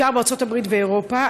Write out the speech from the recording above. בעיקר בארצות הברית ואירופה,